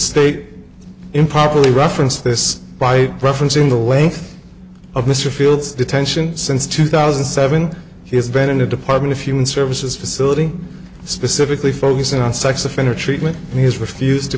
state improperly referenced this by referencing the length of mr field's detention since two thousand and seven he has been in the department of human services facility specifically focusing on sex offender treatment and he has refused to